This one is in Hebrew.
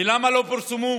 ולמה לא פורסמו?